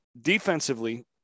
defensively